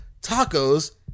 tacos